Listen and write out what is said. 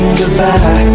goodbye